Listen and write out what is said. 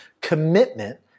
commitment